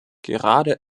gerade